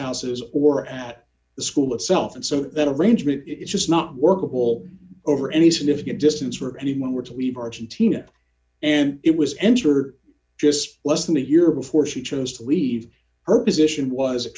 houses or at the school itself and so that arrangement it's just not workable over any significant distance for anyone which we have argentina and it was entered just less than a year before she chose to leave her position was a